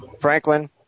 Franklin